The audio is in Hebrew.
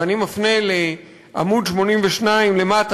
ואני מפנה לעמוד 82 למטה,